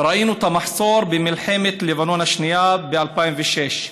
ראינו את המחסור במלחמת לבנון השנייה, ב-2006.